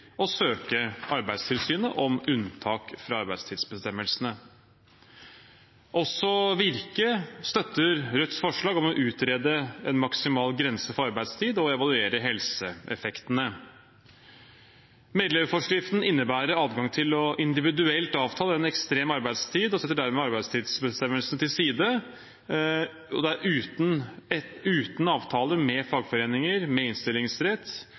å søke Arbeidstilsynet om unntak fra arbeidstidsbestemmelsene. Også Virke støtter Rødts forslag om å utrede en maksimal grense for arbeidstid og evaluere helseeffektene. Medleverforskriften innebærer adgang til individuelt å avtale en ekstrem arbeidstid og setter dermed arbeidstidsbestemmelsene til side, uten avtaler med fagforeninger med innstillingsrett og også uten